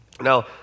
Now